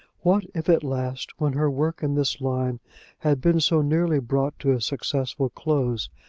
what if at last, when her work in this line had been so nearly brought to a successful close,